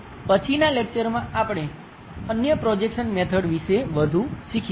પછીનાં લેક્ચરમાં આપણે અન્ય પ્રોજેક્શન મેથડ વિશે વધુ શીખીશું